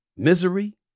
Misery